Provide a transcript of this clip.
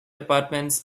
apartments